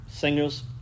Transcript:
Singers